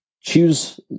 choose